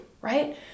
right